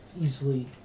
Easily